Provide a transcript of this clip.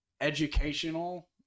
educational